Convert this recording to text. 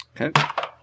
Okay